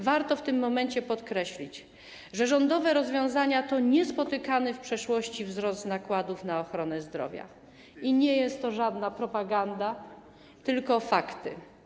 Warto w tym momencie podkreślić, że rządowe rozwiązania to niespotykany w przeszłości wzrost nakładów na ochronę zdrowia i nie jest to żadna propaganda, tylko fakty.